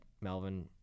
Melvin